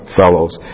fellows